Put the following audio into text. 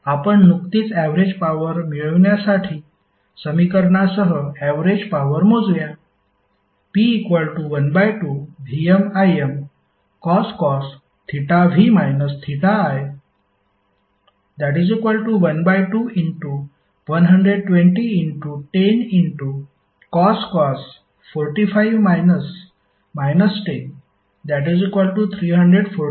आपण नुकतीच average power मिळविण्यासाठी समीकरणासह ऍवरेज पॉवर मोजूया P12VmImcos θv θi 1212010cos 45 10344